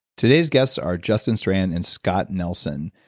today's guests are justin strahan and scott nelson.